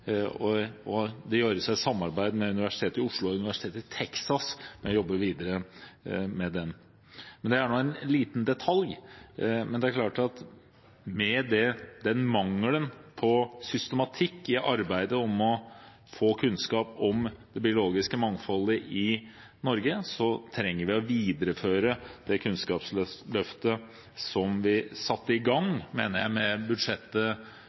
Tbilisi, og dette gjøres i et samarbeid med Universitetet i Oslo og et universitet i Texas, som jobber videre med den. Men det er nå en liten detalj. Det er klart at med mangelen på systematikk i arbeidet med å få kunnskap om det biologiske mangfoldet i Norge trenger vi å videreføre det kunnskapsløftet som vi satte i gang – mener jeg – i budsjettet